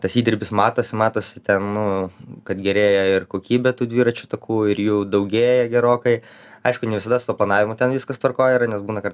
tas įdirbis matosi matos nu kad gerėja ir kokybė tų dviračių takų ir jų daugėja gerokai aišku ne visada su oponavimu ten viskas tvarkoj ar nes būna kad